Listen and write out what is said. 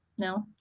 No